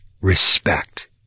respect